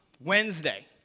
Wednesday